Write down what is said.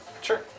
Sure